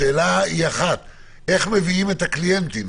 השאלה היא אחת: איך מביאים את הקליינטים?